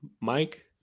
Mike